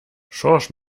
schorsch